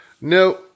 No